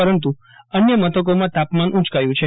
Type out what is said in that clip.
પરંતુ અન્ય મથકોમાં તાપમાન ઉચકાયું છે